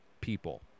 people